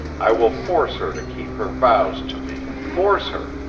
i will force her to keep her vows to me force her.